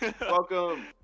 welcome